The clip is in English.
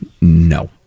No